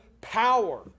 power